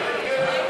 אליעזר מוזס, ישראל